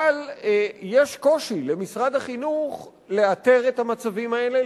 אבל יש קושי למשרד החינוך לאתר את המצבים האלה,